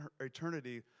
eternity